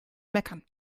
meckern